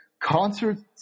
concerts